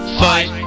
fight